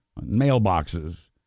mailboxes